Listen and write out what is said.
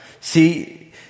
See